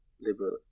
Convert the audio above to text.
liberal